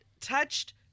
touched